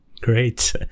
Great